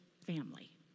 family